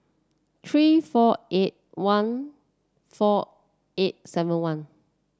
three four eight one four eight seven one